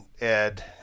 Ed